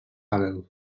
hubble